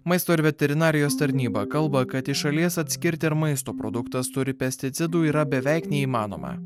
maisto ir veterinarijos tarnyba kalba kad iš šalies atskirti ar maisto produktas turi pesticidų yra beveik neįmanoma